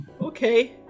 okay